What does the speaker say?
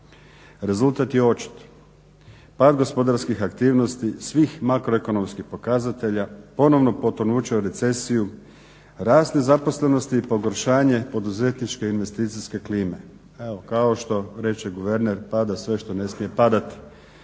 Rezultat je očit. Pad gospodarskih aktivnosti svih makroekonomskih pokazatelja, ponovno potonuće u recesiju, rast nezaposlenosti i pogoršanje poduzetničke investicijske klime. Evo kao što reče guverner pada sve što ne smije padati.